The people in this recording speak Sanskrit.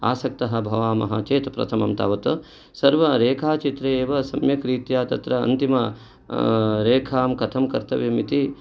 आसक्ताः भवामः चेत् प्रथमं तावत् सर्वरेखाचित्रे एव सम्यग्रीत्या तत्र अन्तिम रेखां कथं कर्तव्यम् इति